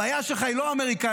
הבעיה שלך היא לא האמריקאים,